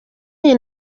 iyi